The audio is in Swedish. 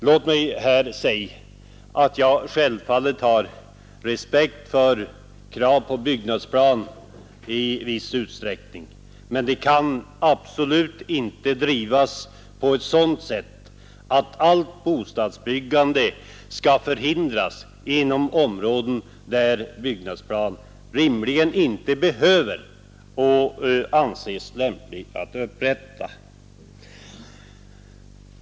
Låt mig här säga att jag självfallet har respekt för krav på byggnadsplan i viss utsträckning, men det kan absolut inte drivas på ett sådant sätt att allt bostadsbyggande skall förhindras inom områden där byggnadsplan rimligen inte behövs och inte anses vara lämplig att upprätta.